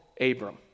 Abram